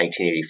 1984